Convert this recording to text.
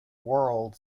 world